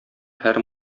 һәр